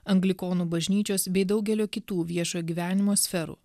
anglikonų bažnyčios bei daugelio kitų viešojo gyvenimo sferų